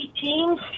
teams